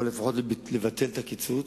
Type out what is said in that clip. או לפחות לבטל את הקיצוץ,